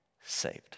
Saved